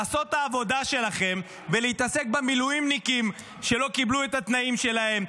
לעשות את העבודה שלכם ולהתעסק במילואימניקים שלא קיבלו את התנאים שלהם,